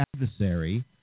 adversary